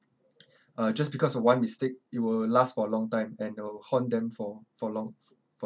uh just because of one mistake it will last for a long time and it will haunt them for for long f~ for